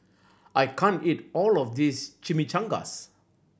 I can't eat all of this Chimichangas